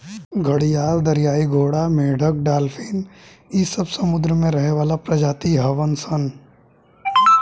घड़ियाल, दरियाई घोड़ा, मेंढक डालफिन इ सब समुंद्र में रहे वाला प्रजाति हवन सन